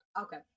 Okay